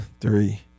three